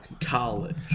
College